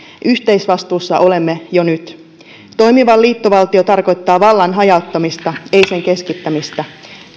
yhteisvastuussa olemme jo nyt toimiva liittovaltio tarkoittaa vallan hajauttamista ei sen keskittämistä